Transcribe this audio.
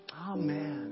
Amen